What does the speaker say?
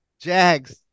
Jags